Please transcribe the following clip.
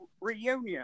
reunion